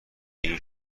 این